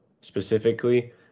specifically